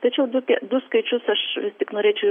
tačiau du tie du skaičius aš tik norėčiau